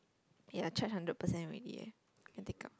ya I charge hundred percent already eh can take out